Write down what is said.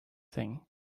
thing